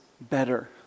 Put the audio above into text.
better